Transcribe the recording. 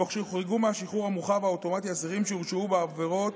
תוך שהוחרגו מהשחרור המאוחר והאוטומטי אסירים שהורשעו בעבירות